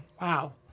Wow